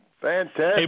Fantastic